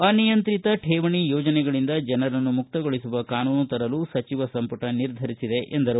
ಅನಿಯಂತ್ರಿತ ಕೇವಣಿ ಯೋಜನೆಗಳಿಂದ ಜನರನ್ನು ಮುಕ್ತಗೊಳಿಸುವ ಕಾನೂನು ತರಲು ಸಚಿವ ಸಂಪುಟ ನಿರ್ಧರಿಸಿದೆ ಎಂದರು